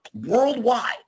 worldwide